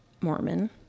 Mormon